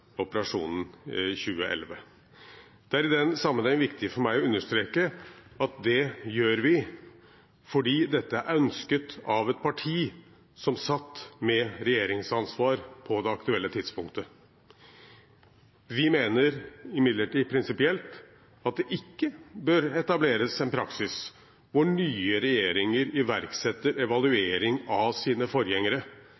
2011. Det er i den sammenheng viktig for meg å understreke at det gjør vi fordi dette er ønsket av et parti som satt med regjeringsansvar på det aktuelle tidspunktet. Vi mener imidlertid prinsipielt at det ikke bør etableres en praksis hvor nye regjeringer iverksetter